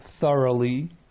thoroughly